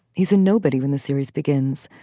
he's a nobody. when the series begins,